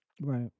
Right